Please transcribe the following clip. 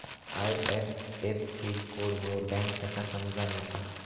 IFSC code मुळे bank शाखा समजान येता